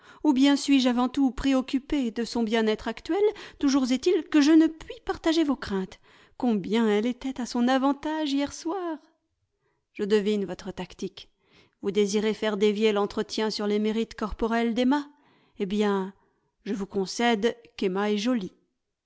ou bien suis-je avant tout préoccupée de son bien-être actuel toujours est-il que je ne puis partager vos craintes combien elle était à son avantage hier soir je devine votre tactique vous désirez faire dévier l'entretien sur les mérites corporels d'emma eh bien je vous concède qu'emma est jolie